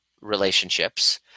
relationships